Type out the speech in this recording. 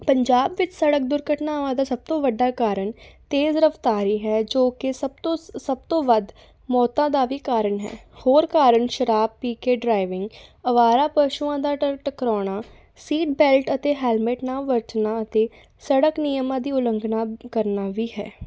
ਪੰਜਾਬ ਵਿੱਚ ਸੜਕ ਦੁਰਘਟਨਾਵਾਂ ਦਾ ਸਭ ਤੋਂ ਵੱਡਾ ਕਾਰਨ ਤੇਜ਼ ਰਫਤਾਰ ਏ ਹੈ ਜੋ ਕਿ ਸਭ ਤੋਂ ਸਭ ਤੋਂ ਵੱਧ ਮੌਤਾਂ ਦਾ ਵੀ ਕਾਰਨ ਹੈ ਹੋਰ ਕਾਰਨ ਸ਼ਰਾਬ ਪੀ ਕੇ ਡਰਾਈਵਿੰਗ ਅਵਾਰਾ ਪਸ਼ੂਆਂ ਦਾ ਟਰ ਟਕਰਾਉਣਾ ਸੀਟ ਬੈਲਟ ਅਤੇ ਹੈਲਮੇਟ ਨਾ ਵਰਤਣਾ ਅਤੇ ਸੜਕ ਨਿਯਮਾਂ ਦੀ ਉਲੰਘਣਾ ਕਰਨਾ ਵੀ ਹੈ